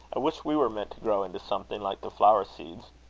i wish we were meant to grow into something, like the flower-seeds.